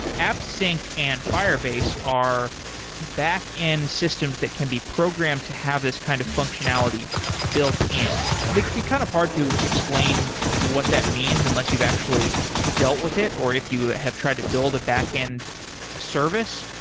appsync and firebase are back-end systems that can be programmed to have this kind of functionality built in they could be kind of hard to explain what that means, unless you've actually dealt with it, or if you have tried to build a back-end service,